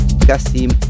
Kasim